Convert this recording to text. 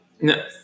No